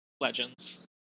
Legends